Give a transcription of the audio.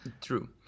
True